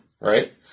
right